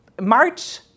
March